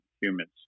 humans